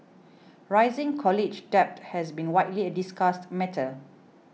rising college debt has been widely a discussed matter